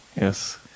Yes